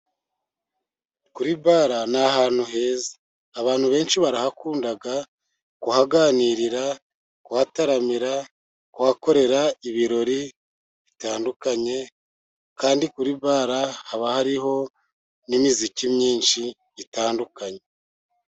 Kuri bare ni ahantu heza abantu benshi barahakunda kuhaganirira, kuhataramira, kuhakorera ibirori bitandukanye, kandi kuri bare haba hariho n' imiziki myinshi itandukanye.